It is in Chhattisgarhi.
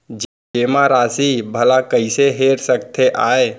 जेमा राशि भला कइसे हेर सकते आय?